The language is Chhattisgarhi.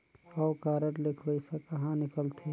हव कारड ले पइसा कहा निकलथे?